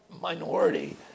minority